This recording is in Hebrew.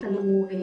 יש לנו תוכנית